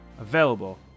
available